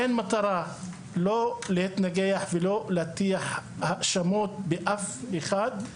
אין לי רצון להתנגח ולא להטיח האשמות באף אחד,